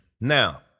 Now